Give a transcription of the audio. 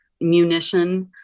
munition